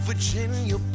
Virginia